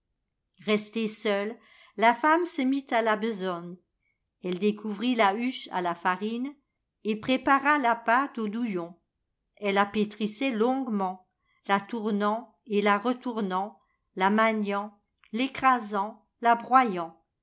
restée seule la femme se mit à la besogne elle découvrit la huche à la farine et prépara la pâte aux douillons elle la pétrissait longuement la tournant et la retournant la maniant l'écrasant la broyant